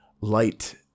light